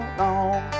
long